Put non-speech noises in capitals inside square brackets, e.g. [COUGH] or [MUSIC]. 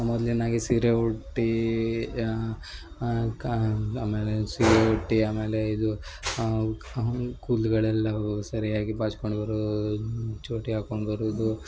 ಮೊದ್ಲಿನ ಹಾಗೆ ಸೀರೆ ಉಟ್ಟು ಕಾ ಆಮೇಲೆ ಸೀರೆ ಉಟ್ಟು ಆಮೇಲೆ ಇದು [UNINTELLIGIBLE] ಕೂದಲುಗಳೆಲ್ಲವು ಸರಿಯಾಗಿ ಬಾಚ್ಕೊಂಡು ಬರೋದು ಚೋಟಿ ಹಾಕೊಂಡು ಬರೋದು